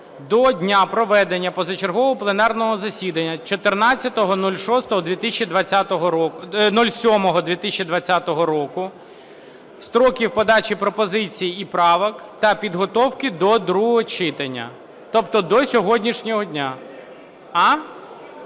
до дня проведення позачергового пленарного засідання 14.07.2020 року строків подачі пропозицій і правок та підготовки до другого читання, тобто до сьогоднішнього дня.